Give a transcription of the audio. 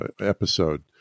episode